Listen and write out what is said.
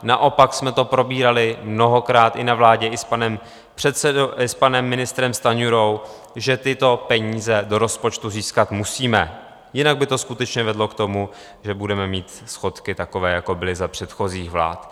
Naopak jsme to probírali mnohokrát i na vládě i s panem ministrem Stanjurou, že tyto peníze do rozpočtu získat musíme, jinak by to skutečně vedlo k tomu, že budeme mít schodky takové, jako byly za předchozích vlád.